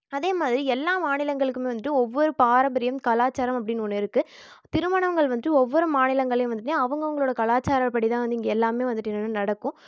அதேமாதிரி எல்லா மாநிலங்களுக்கும் வந்துவிட்டு ஒவ்வொரு பாரம்பரியம் கலாச்சாரம் அப்படின்னு ஒன்று இருக்கு திருமணங்கள் வந்துவிட்டு ஒவ்வொரு மாநிலங்களையும் வந்துமே அவங்கவுங்களோட கலாச்சாரப்படி தான் வந்து இங்கே எல்லாமே வந்துவிட்டு என்னென்னா நடக்கும்